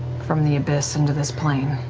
from the abyss into this plane.